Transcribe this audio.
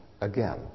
again